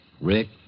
Rick